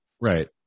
Right